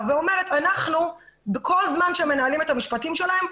ואומרת שאנחנו כל זמן שהם מנהלים את המשפטים שלהם,